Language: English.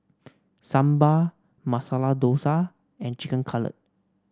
Sambar Masala Dosa and Chicken Cutlet